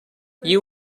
you